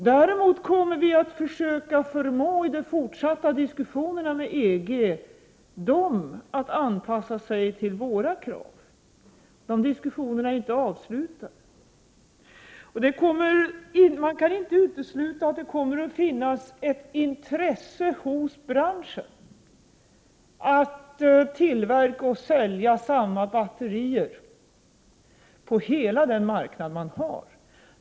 Däremot kommer vi att i de fortsatta diskussionerna med EG försöka förmå EG att anpassa sig till våra krav. De diskussionerna är inte avslutade. Man kan inte utesluta att det kommer att finnas ett intresse hos branschen att tillverka och sälja samma batterier på hela den marknad man har.